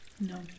No